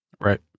right